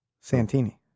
Santini